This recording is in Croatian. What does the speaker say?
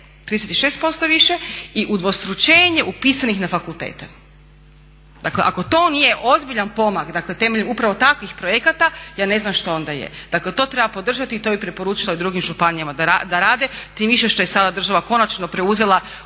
36% više i udvostručenje upisanih na fakultete. Dakle ako to nije ozbiljan pomak, dakle temeljem upravo takvih projekata ja ne znam što onda je. Dakle to treba podržati i to bih preporučila i drugim županijama da rade tim više što je sada država konačno preuzela obvezu